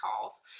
calls